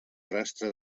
rastre